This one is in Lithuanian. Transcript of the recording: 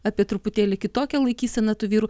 apie truputėlį kitokią laikyseną tų vyrų